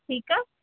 ठीकु आहे